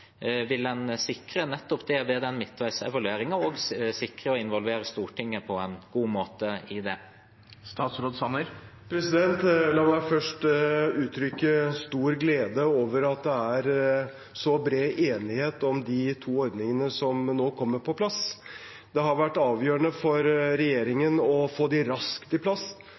vil en sikre nettopp det ved den midtveisevalueringen, og også sikre å involvere Stortinget på en god måte når det gjelder det? La meg først uttrykke stor glede over at det er så bred enighet om de to ordningene som nå kommer på plass. Det har vært avgjørende for regjeringen å få dem raskt på plass og å sørge for at også pengene kommer ut i